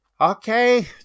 Okay